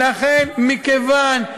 לכן, מכיוון,